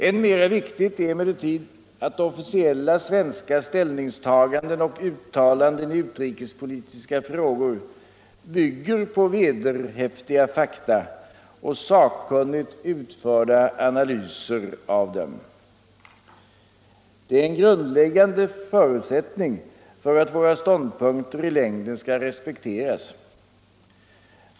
Än mera viktigt är emellertid att officiella svenska ställningstaganden och uttalanden i utrikespolitiska frågor bygger på vederhäftiga uppgifter och sakkunnigt utförda analyser av dem. Det är en grundläggande förutsättning för att våra ståndpunkter i längden skall respekteras.